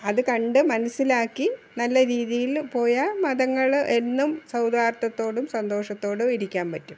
അത് കണ്ട് മനസ്സിലാക്കി നല്ല രീതിയിൽ പോയാൽ മതങ്ങൾ എന്നും സൗഹാർദത്തോടും സന്തോഷത്തോടും ഇരിക്കാൻ പറ്റും